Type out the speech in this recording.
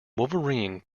wolverine